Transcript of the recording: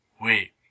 Wait